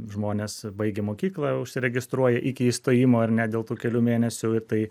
žmonės baigę mokyklą užsiregistruoja iki įstojimo ar ne dėl tų kelių mėnesių ir tai